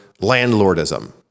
landlordism